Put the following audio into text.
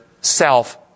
self